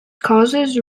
causes